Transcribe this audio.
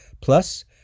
Plus